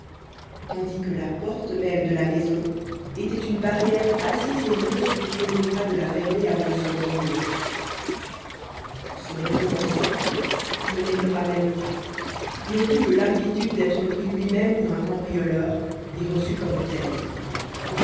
tandis que la porte même de la maison était une barrière assez sérieuse pour qu'on n'omit pas de la fermer avant de s'endormir ce raisonnement simple ne l'effleura même pas non plus que l'inquiétude d'être pris luimême pour un cambrioleur et reçu comme tel